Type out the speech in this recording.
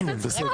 אתה עושה צחוק?